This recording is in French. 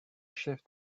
chef